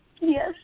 Yes